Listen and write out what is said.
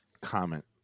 comment